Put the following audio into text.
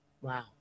Wow